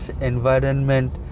environment